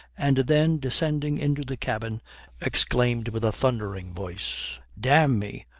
and then descending into the cabin exclaimed with a thundering voice, d n me,